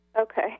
Okay